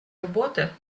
роботи